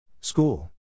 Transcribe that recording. School